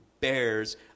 bears